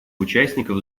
участников